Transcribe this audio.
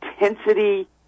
intensity